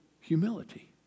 humility